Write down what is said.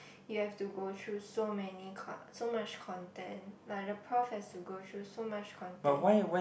you have to go through so many con~ so much content like the prof has to go through so much content